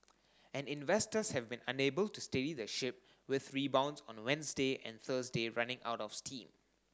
and investors have been unable to steady the ship with rebounds on Wednesday and Thursday running out of steam